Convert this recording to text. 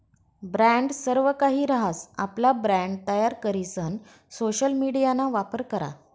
brand सर्वकाहि रहास, आपला ब्रँड तयार करीसन सोशल मिडियाना वापर करा